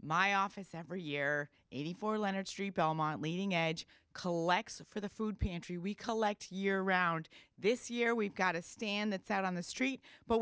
my office every year eighty four leonard street belmont leading edge collects for the food pantry we collect year round this year we've got a stand that's out on the street but